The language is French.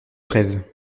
rêve